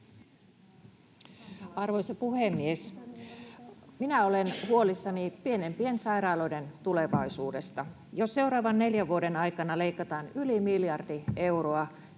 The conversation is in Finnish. Arvoisa puhemies! Minä olen huolissani pienempien sairaaloiden tulevaisuudesta. Jos seuraavan neljän vuoden aikana leikataan yli miljardi euroa